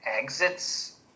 exits